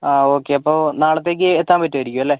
ആ ഓക്കെ അപ്പോൾ നാളത്തേക്ക് എത്താൻ പറ്റുവായിരിക്കും അല്ലേ